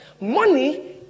Money